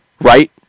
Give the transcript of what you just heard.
right